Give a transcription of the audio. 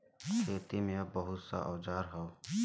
खेती में अब बहुत सा औजार हौ